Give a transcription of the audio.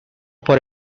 por